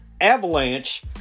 Avalanche